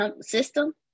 system